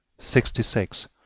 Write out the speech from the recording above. sixty six.